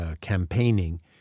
campaigning